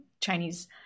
Chinese